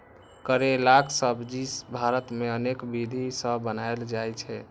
करैलाक सब्जी भारत मे अनेक विधि सं बनाएल जाइ छै